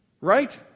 Right